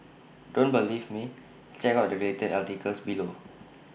don't believe me check out the related articles below